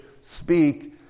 speak